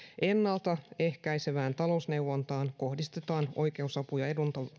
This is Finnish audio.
ennalta ehkäisevään talousneuvontaan kohdistetaan oikeusapu ja